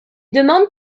demandes